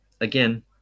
again